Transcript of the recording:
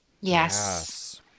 Yes